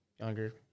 Younger